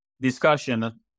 discussion